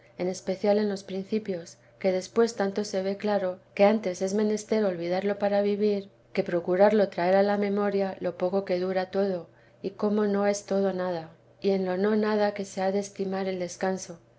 en especial en los principios que después tanto se ve claro que antes es menester olvidarlo para vivir que procuteresa de jesús rarlo traer a la memoria lo poco que dura todo y cómo no es todo nada y en lo no nada que se ha de estimar el descanso